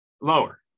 Lower